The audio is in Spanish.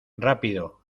rápido